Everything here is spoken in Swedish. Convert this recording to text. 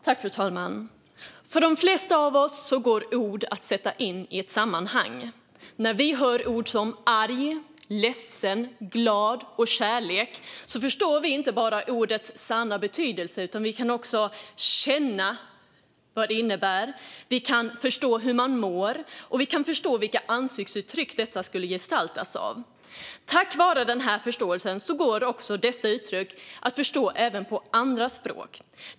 Fru talman! För de flesta av oss går ord att sätta in i ett sammanhang. När vi hör ord som "arg", "ledsen", "glad" och "kärlek" förstår vi inte bara deras sanna betydelse utan känner också vad de innebär. Vi kan förstå hur man mår och vilka ansiktsuttryck orden skulle gestaltas av. Tack vare den förståelsen går dessa uttryck att förstå även på andra språk.